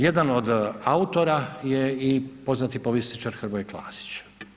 Jedan od autora je i poznati povjesničar Hrvoje Klasić.